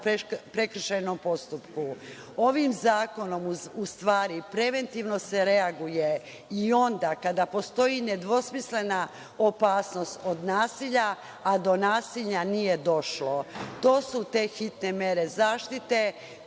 prekršajnom postupku. Ovim zakonom u stvari preventivno se reaguje i onda kada postoji nedvosmislena opasnost od nasilja, a do nasilja nije došlo. To su te hitne mere zaštite,